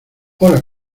hola